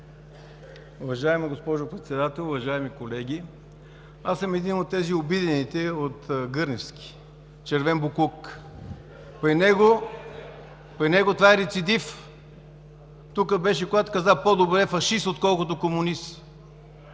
Уважаема госпожо Председател, уважаеми колеги! Аз съм един от обидените от Гърневски – „червен боклук“. При него това е рецидив. Тук беше, когато каза: по-добре фашист, отколкото комунист.